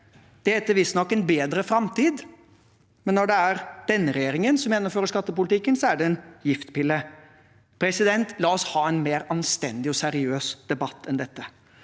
Det heter visstnok «en bedre fremtid». Men når det er denne regjeringen som gjennomfører skattepolitikken, så er det «en giftpille». La oss ha en mer anstendig og seriøs debatt enn dette.